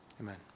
amen